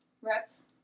reps